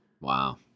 Wow